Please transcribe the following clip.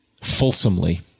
fulsomely